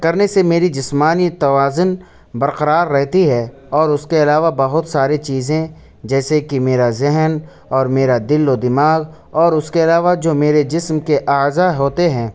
کرنے سے میری جسمانی توازن برقرار رہتی ہے اور اس کے علاوہ بہت ساری چیزیں جیسے کہ میرا ذہن اور میرا دل و دماغ اور اس کے علاوہ جو میرے جسم کے اعضا ہوتے ہیں